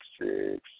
six